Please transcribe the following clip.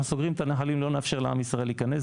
אנחנו סוגרים את הנחלים ולא נאפשר לעם ישראל להיכנס.